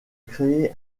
créer